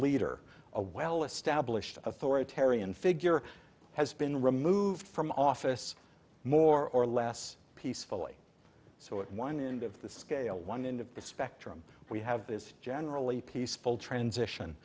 leader a well established authoritarian figure has been removed from office more or less peacefully so at one end of the scale one in the spectrum we have is generally peaceful transition